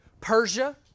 Persia